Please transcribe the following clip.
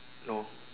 no